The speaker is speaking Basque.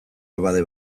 abade